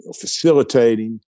facilitating